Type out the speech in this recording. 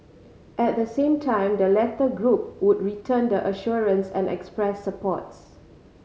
at the same time the latter group would return the assurance and express supports